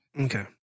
Okay